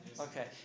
Okay